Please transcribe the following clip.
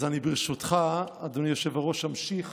אז ברשותך, אדוני היושב-ראש, אמשיך